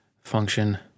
function